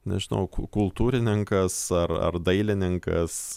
nežinau ku kultūrininkas ar ar dailininkas